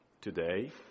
today